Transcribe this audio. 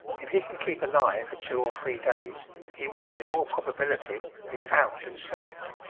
if he can keep alive for two or three days, he will, in all probability, be found and saved.